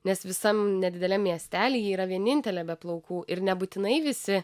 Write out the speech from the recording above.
nes visam nedideliam miestely ji yra vienintelė be plaukų ir nebūtinai visi